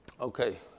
Okay